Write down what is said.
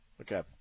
Okay